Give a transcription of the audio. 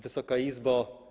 Wysoka Izbo!